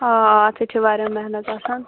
آ آ اَتھ ہَے چھِ واریاہ محنَت آسان